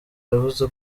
yavuze